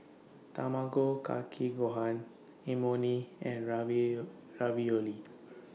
Tamago Kake Gohan Imoni and Ravio Ravioli